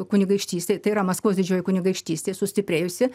kunigaikštystė tai yra maskvos didžioji kunigaikštystė sustiprėjusi